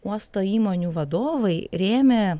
uosto įmonių vadovai rėmė